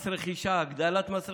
מס רכישה, הגדלת מס רכישה,